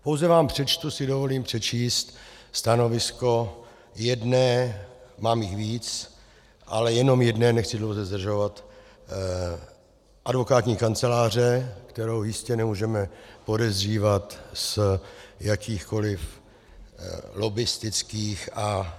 Pouze vám přečtu, dovolím si přečíst, stanovisko jedné, mám jich víc, ale jenom jedné, nechci dlouze zdržovat, advokátní kanceláře, kterou jistě nemůžeme podezřívat z jakýchkoliv lobbistických a...